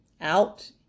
out